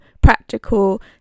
practical